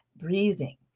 breathing